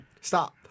Stop